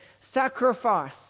sacrifice